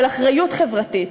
של אחריות חברתית,